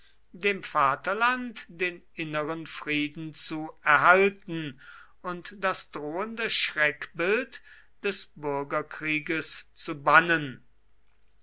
dem vaterland den inneren frieden zu erhalten und das drohende schreckbild des bürgerkrieges zu bannen